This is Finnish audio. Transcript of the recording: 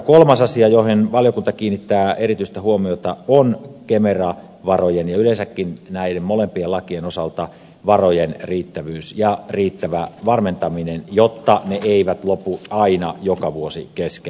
kolmas asia johon valiokunta kiinnittää erityistä huomiota on kemera varojen ja yleensäkin näiden molempien lakien osalta varojen riittävyys ja riittävä varmentaminen jotta ne eivät lopu aina joka vuosi kesken